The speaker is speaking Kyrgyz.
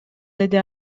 деди